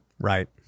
Right